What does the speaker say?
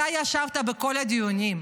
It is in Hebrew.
אתה ישבת בכל הדיונים.